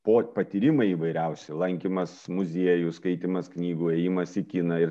po patyrimai įvairiausi lankymas muziejų skaitymas knygų ėjimas į kiną ir